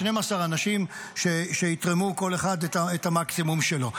12 אנשים שיתרמו כל אחד את המקסימום שלו.